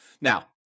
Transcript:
Now